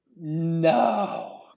No